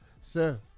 Sir